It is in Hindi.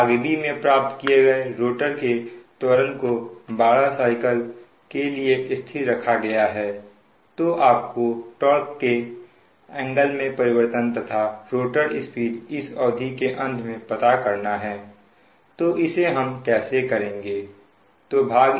भाग b में प्राप्त किए गए रोटर के त्वरण को 12 साइकिल के लिए स्थिर रखा गया है तो आपको टार्क के एंगल में परिवर्तन तथा रोटर स्पीड इस अवधि के अंत में पता करना है तो इसे हम कैसे करेंगे तो भाग